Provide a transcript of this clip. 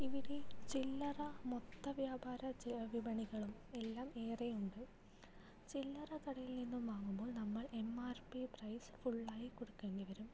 ഇവിടെ ചില്ലറ മൊത്ത വ്യാപാര വിപണികളും എല്ലാം ഏറെ ഉണ്ട് ചില്ലറ കടയിൽ നിന്നും വാങ്ങുമ്പോൾ നമ്മൾ എം ആർ പി പ്രൈസ് ഫുള്ളായി കൊടുക്കേണ്ടി വരും